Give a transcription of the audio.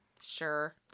Sure